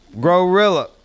Gorilla